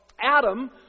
Adam